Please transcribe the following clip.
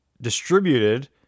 distributed